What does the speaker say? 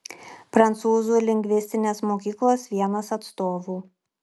prancūzų lingvistinės mokyklos vienas atstovų